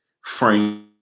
frame